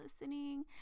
listening